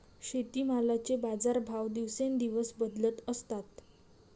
शेतीमालाचे बाजारभाव दिवसेंदिवस बदलत असतात